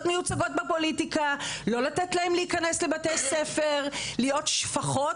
מיוצגות בפוליטיקה לא לתת להם להיכנס לבתי ספר להיות שפחות